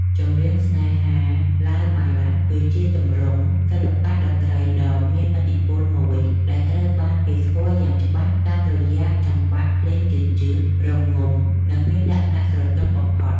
ចម្រៀងស្នេហា (ឡាវ បាឡាដ) គឺជាទម្រង់សិល្បៈតន្ត្រីដ៏មានឥទ្ធិពលមួយ ដែលត្រូវបានគេស្គាល់យ៉ាងច្បាស់តាមរយៈចង្វាក់ភ្លេងយឺតៗ រងំ និងមានលក្ខណៈស្រទន់បំផុត។